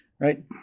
right